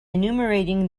enumerating